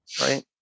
right